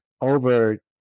over